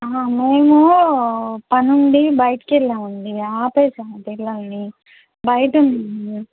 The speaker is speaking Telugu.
మేము పని ఉండి బయటికి వెళ్ళామండి ఆపేశాము పిల్లల్ని బయట